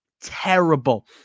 terrible